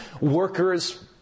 workers